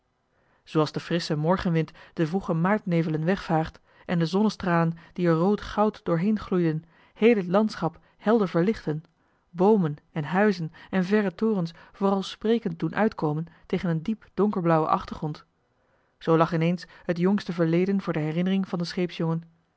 zooals de frissche morgenwind de vroege maartnevelen wegvaagt en de zonnestralen die er rood goud doorheen gloeiden heel het landschap helder verlichten boomen en huizen en verre torens vooral sprekend doen uitkomen tegen een diep donkerblauwen achtergrond zoo lag ineens het jongste verleden voor de herinnering van den scheepsjongen